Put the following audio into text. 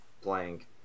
playing